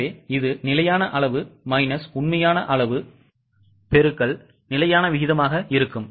எனவே இது நிலையான அளவு மைனஸ் உண்மையான அளவு பெருக்கல் நிலையான விகிதமாக இருக்கும்